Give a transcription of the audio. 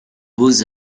beaux